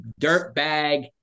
dirtbag